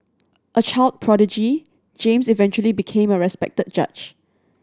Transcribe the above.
a child prodigy James eventually became a respected judge